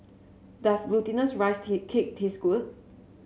does Glutinous Rice Cake taste good